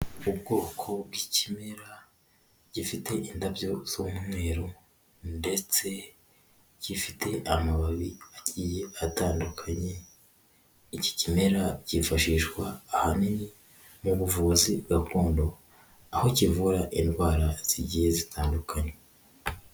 Ubwoko bw'ikimera gifite indabyo z'umweru ndetse gifite amababi agiye atandukanye, iki kimera cyifashishwa ahanini mu buvuzi gakondo, aho kivura indwara zigiye zitandukanye.